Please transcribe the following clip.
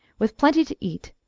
with plenty to eat,